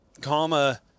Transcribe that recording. comma